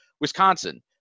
Wisconsin